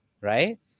right